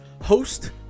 host